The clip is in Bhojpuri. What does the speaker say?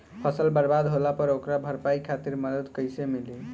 फसल बर्बाद होला पर ओकर भरपाई खातिर मदद कइसे मिली?